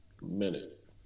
minute